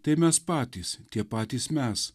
tai mes patys tie patys mes